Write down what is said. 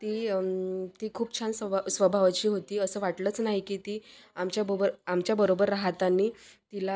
ती ती खूप छान स्वभा स्वभावाची होती असं वाटलंच नाही की ती आमच्याबबोर आमच्याबरोबर राहताना तिला